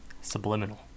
Subliminal